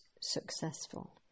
successful